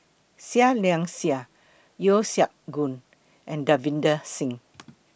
Seah Liang Seah Yeo Siak Goon and Davinder Singh